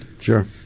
Sure